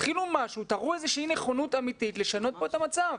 תראו איזושהי נכונות אמיתית לשנות פה את המצב.